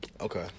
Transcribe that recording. Okay